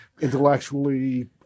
intellectually